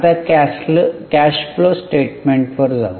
आता cash flow स्टेटमेंटवर जाऊ